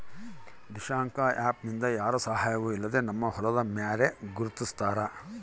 Dishank app ನಿಂದ ಯಾರ ಸಹಾಯವೂ ಇಲ್ಲದೆ ನಮ್ಮ ಹೊಲದ ಮ್ಯಾರೆ ಗುರುತಿಸ್ತಾರ